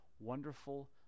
wonderful